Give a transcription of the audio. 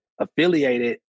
affiliated